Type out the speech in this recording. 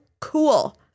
cool